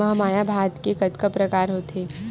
महमाया भात के कतका प्रकार होथे?